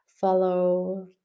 follow